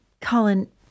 Colin